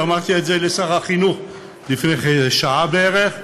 ואמרתי את זה לשר החינוך לפני שעה בערך,